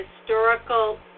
historical